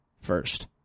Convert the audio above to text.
first